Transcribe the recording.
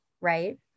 right